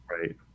right